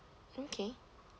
mm okay